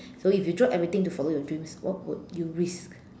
so if you drop everything to follow your dreams what would you risk